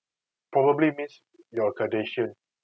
probably means you're a kardashian